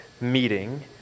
meeting